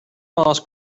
moss